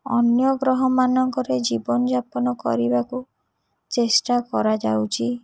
ଅନ୍ୟ ଗ୍ରହମାନଙ୍କରେ ଜୀବନଯାପନ କରିବାକୁ ଚେଷ୍ଟା କରାଯାଉଛି